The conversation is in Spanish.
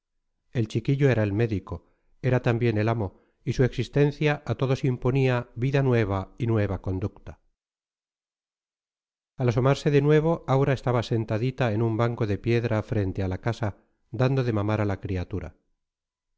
el chiquillo era el médico era también el amo y su existencia a todos imponía vida nueva y nueva conducta al asomarse de nuevo aura estaba sentadita en un banco de piedra frente a la casa dando de mamar a la criatura